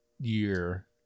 year